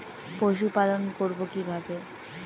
পশুপালন করব কিভাবে?